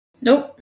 Nope